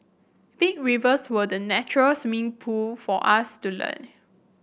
big rivers were the natural swimming pool for us to learn